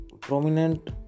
Prominent